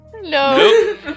No